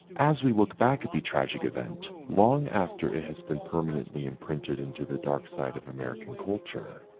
as. we look back at the tragic event long after it has been permanently imprinted into the dark side of american culture.